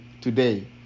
today